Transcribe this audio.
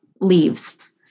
leaves